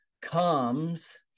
comes